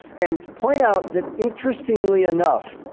and point out that interestingly enough,